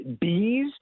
Bees